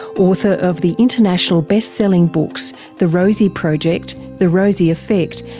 author of the international best-selling books, the rosie project, the rosie effect,